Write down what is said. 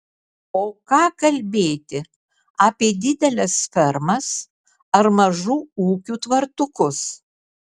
o ką kalbėti apie dideles fermas ar mažų ūkių tvartukus